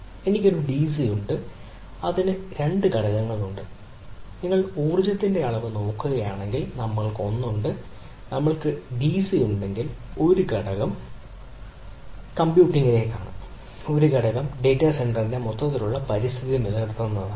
എനിക്ക് ഒരു ഡിസി ഉണ്ടെങ്കിൽ ഇതിന് രണ്ട് ഘടകങ്ങളുണ്ട് നിങ്ങൾ ഊർജ്ജത്തിന്റെ അളവ് നോക്കുകയാണെങ്കിൽ നമ്മൾക്ക് ഒന്ന് ഉണ്ട് നമ്മൾക്ക് ഡിസി ഉണ്ടെങ്കിൽ ഒരു ഘടകം കമ്പ്യൂട്ടിംഗിലേക്കാണ് ഒരു ഘടകം ഡാറ്റാ സെന്ററിന്റെ മൊത്തത്തിലുള്ള പരിസ്ഥിതി നിലനിർത്തുന്നതിനാണ്